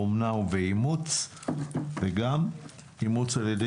באומנה ובאימוץ; וגם אימוץ על ידי